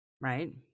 right